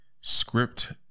script